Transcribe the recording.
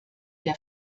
der